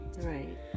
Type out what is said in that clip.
Right